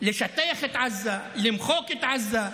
לשטח את עזה, למחוק את עזה,